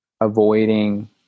avoiding